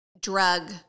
drug